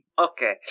Okay